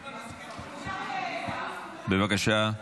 בבקשה,